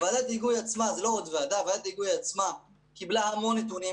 ועדת ההיגוי קיבלה המון נתונים,